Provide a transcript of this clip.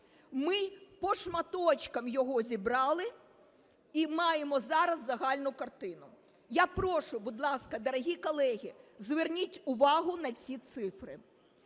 Ми по шматочках його зібрали і маємо зараз загальну картину. Я прошу, будь ласка, дорогі колеги, зверніть увагу на ці цифри.